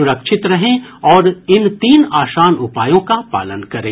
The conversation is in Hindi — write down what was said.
सुरक्षित रहें और इन तीन आसान उपायों का पालन करें